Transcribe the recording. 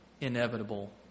inevitable